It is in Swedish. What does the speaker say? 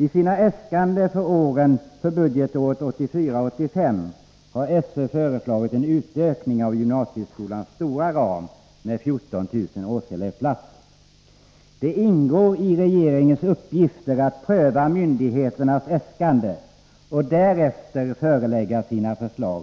I sina äskanden för budgetåret 1984/85 har SÖ föreslagit en utökning av gymnasieskolans stora ram med 14 000 årselevplatser. Det ingår i regeringens uppgifter att pröva myndigheternas äskanden och därefter förelägga riksdagen sina förslag.